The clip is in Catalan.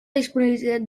disponibilitat